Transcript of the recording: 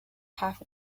half